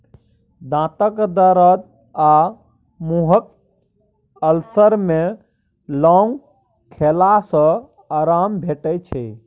दाँतक दरद आ मुँहक अल्सर मे लौंग खेला सँ आराम भेटै छै